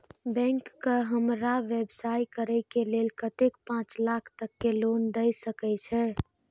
Bank का हमरा व्यवसाय करें के लेल कतेक पाँच लाख तक के लोन दाय सके छे?